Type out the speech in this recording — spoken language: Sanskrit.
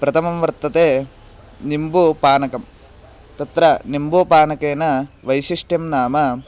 प्रथमं वर्तते निम्बूपानकं तत्र निम्बूपानकेन वैशिष्ट्यं नाम